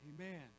Amen